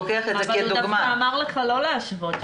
אבל הוא דווקא אמר לך לא להשוות.